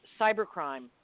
cybercrime